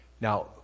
Now